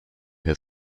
have